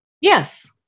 Yes